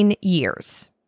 years